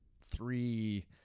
three